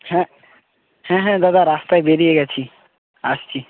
হ্যাঁ হ্যাঁ হ্যাঁ দাদা রাস্তায় বেরিয়ে গেছি আসছি